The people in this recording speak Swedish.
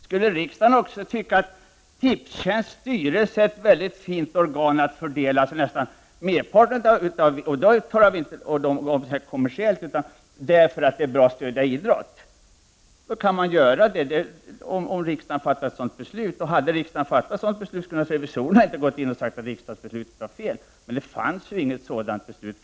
Skulle man också tycka att Tipstjänsts styrelse är ett väldigt fint organ för att fördela merparten av pengarna till idrott — inte kommersiellt utan därför att det är bra att stödja idrott — så kan man göra det om riksdagen fattar ett sådant beslut. Och hade riksdagen fattat ett sådant beslut, skulle naturligtvis revisorerna inte ha sagt att riksdagens beslut var fel. Men det fanns ju inget sådant beslut.